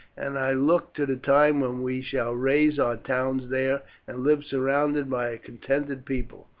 and i look to the time when we shall raise our towns there and live surrounded by a contented people.